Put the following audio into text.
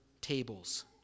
tables